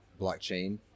blockchain